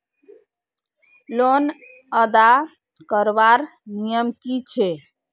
Loan अदा करवार नियम की छे?